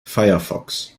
firefox